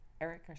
Eric